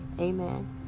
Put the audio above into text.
Amen